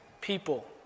people